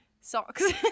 Socks